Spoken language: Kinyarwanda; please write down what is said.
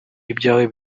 ibyawe